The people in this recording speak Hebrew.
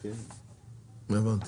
הבנתי.